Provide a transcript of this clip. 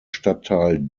stadtteil